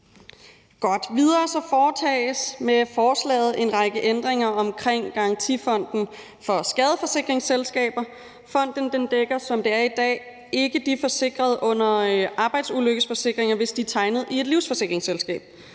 Videre foretages med forslaget en række ændringer omkring Garantifonden for skadesforsikringsselskaber. Fonden dækker, som det er i dag, ikke de forsikrede under arbejdsulykkeforsikringer, hvis de er tegnet i et livsforsikringsselskab.